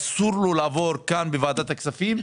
אסור לו לעבור כאן בוועדת הכספים,